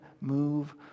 move